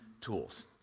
tools